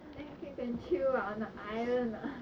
Netflix and chill ah on the island ah